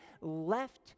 left